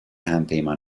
همپیمان